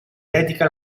dedica